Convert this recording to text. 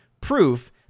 proof